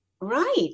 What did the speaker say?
Right